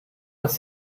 dass